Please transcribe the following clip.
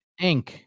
Inc